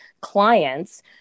clients